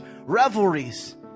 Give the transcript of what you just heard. revelries